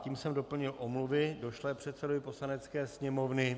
Tím jsem doplnil omluvy došlé předsedovi Poslanecké sněmovny.